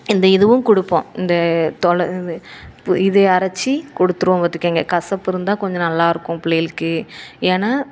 இந்த இதுவும் கொடுப்போம் இந்த இது இது அரைத்து கொடுத்துருவோம் பார்த்துக்கோங்க கசப்பு இருந்தால் கொஞ்சம் நல்லா இருக்கும் புள்ளைகளுக்கு ஏன்னா